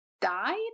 died